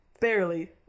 barely